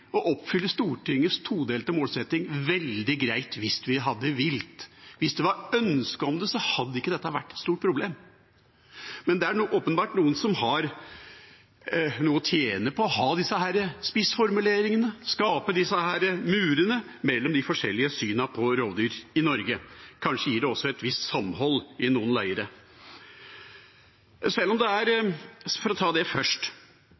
å oppfylle Stortingets todelte målsetting veldig greit hvis vi hadde villet. Hvis det var et ønske om det, hadde ikke dette vært noe stort problem. Men det er åpenbart noen som har noe å tjene på å komme med disse spissformuleringene og skape disse murene mellom de forskjellige synene på rovdyr i Norge. Kanskje gir det også et visst samhold i noen leirer. For å ta det først: Innenfor ulvesonen er det